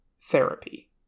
therapy